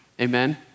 Amen